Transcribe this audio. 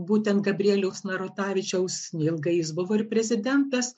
būtent gabrieliaus narutavičiaus neilgai jis buvo ir prezidentas